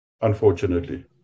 unfortunately